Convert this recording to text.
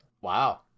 Wow